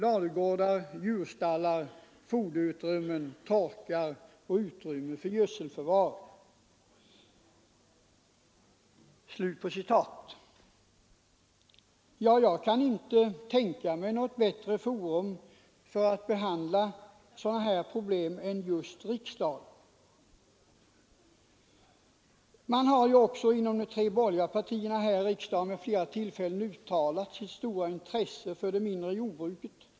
Ladugårdar, djurstallar, foderutrymmen, torkar och utrymme för gödseln var ofta under all kritik.” Jag kan inte tänka mig något bättre forum än riksdagen för behandling av sådana här problem. Inom de tre borgerliga partierna här i riksdagen har man ju också uttalat sitt stora intresse för det mindre jordbruket.